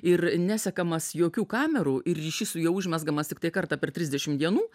ir nesekamas jokių kamerų ir ryšys su juo užmezgamas tiktai kartą per trisdešimt dienų